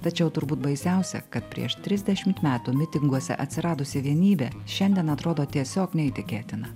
tačiau turbūt baisiausia kad prieš trisdešimt metų mitinguose atsiradusi vienybė šiandien atrodo tiesiog neįtikėtina